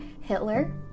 Hitler